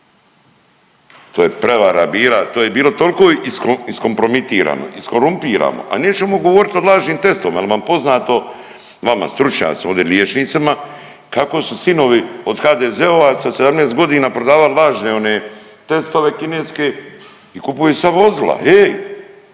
To je prevara bila, to je bilo tolko iskompromitirano, iskorumpirano, a nećemo govorit o lažnim testovima. Jel vam poznato vama stručnjacima ovdje liječnicima kako su sinovi od HDZ-ovaca od 17 godina prodavali lažne one testove Kineske i kupuju se vozila ej.